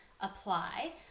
apply